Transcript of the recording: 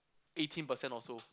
eighteen percent or so